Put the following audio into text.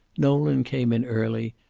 nolan came in early,